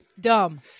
Dumb